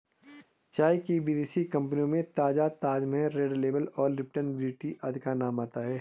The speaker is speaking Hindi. चाय की विदेशी कंपनियों में ताजा ताजमहल रेड लेबल और लिपटन ग्रीन टी का नाम आता है